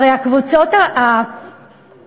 הרי הקבוצות במאיון